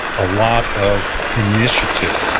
a lot of initiative,